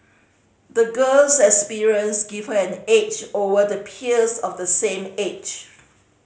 the girl's experiences gave her an edge over the peers of the same age